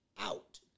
out